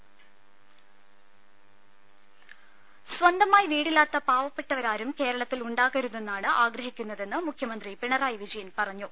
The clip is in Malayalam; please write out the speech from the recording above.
വാർത്തകൾ വിശദമായി സ്വന്തമായി വീടില്ലാത്ത പാവപ്പെട്ടവരാരും കേരളത്തിൽ ഉണ്ടാകരുതെന്നാണ് ആഗ്രഹിക്കുന്നതെന്ന് മുഖ്യമന്ത്രി പിണറായി വിജയൻ പറഞ്ഞു